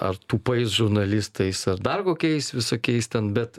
ar tūpais žurnalistais ar dar kokiais visokiais ten bet